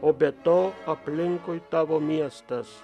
o be to aplinkui tavo miestas